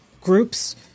groups